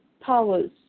powers